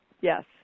yes